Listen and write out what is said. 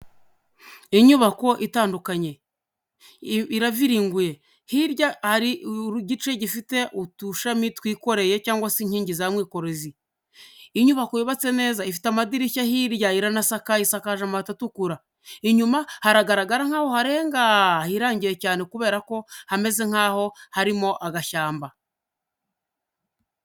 Inyubako itandukanye. Iraviringuye. Hirya hari igice gifite udushami twikoreye cyangwa se inkingi za mwikorezi. Inyubako yubatse neza ifite amadirishya hirya iranasakaye isakaje amabati atukura. Inyuma haragaragara nk'aho harenga, hirangiye cyane kubera ko hameze nk'aho harimo agashyamba.